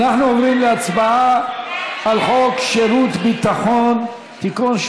אנחנו עוברים להצבעה על חוק שירות ביטחון (תיקון,